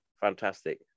Fantastic